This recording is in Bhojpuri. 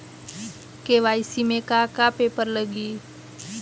के.वाइ.सी में का का पेपर लगी?